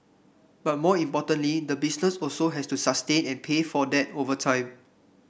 but more importantly the business also has to sustain and pay for that over time